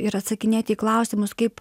ir atsakinėti į klausimus kaip